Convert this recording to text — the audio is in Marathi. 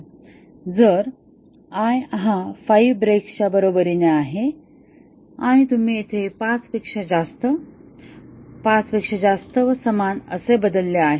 जर i हा 5 ब्रेक्सच्या बरोबरीने आहे आणि तुम्ही येथे 5 पेक्षा जास्त 5 पेक्षा जास्त व समान असे बदलले आहे